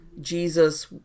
Jesus